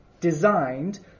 designed